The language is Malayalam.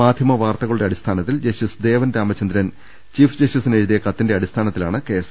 മാധ്യമ വാർത്തകളുടെ അടിസ്ഥാ നത്തിൽ ജസ്റ്റിസ് ദേവൻ രാമചന്ദ്രൻ ചീഫ് ജസ്റ്റിസിനെഴുതിയ കത്തിന്റെ അടിസ്ഥാനത്തിലാണ് കേസ്